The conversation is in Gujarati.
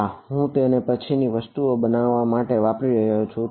હા હું તેને પછીની વસ્તુઓ બનાવવા માટે વાપરી રહ્યો છું